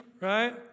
right